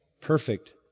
perfect